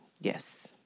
yes